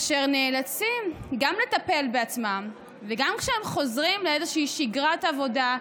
אשר נאלצים גם לטפל בעצמם וגם כשהם חוזרים לאיזושהי שגרת עבודה,